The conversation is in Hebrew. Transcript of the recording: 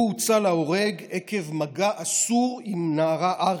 הוא הוצא להורג עקב מגע אסור עם נערה ארית,